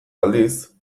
aldiz